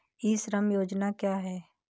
ई श्रम योजना क्या है?